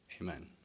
Amen